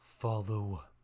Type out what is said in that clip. follow